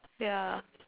ya